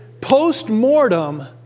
post-mortem